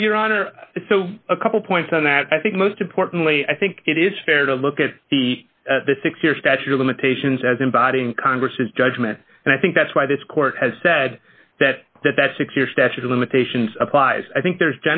what your honor a couple points on that i think most importantly i think it is fair to look at the six year statute of limitations as embodying congress judgment and i think that's why this court has said that that that six year statute of limitations applies i think there's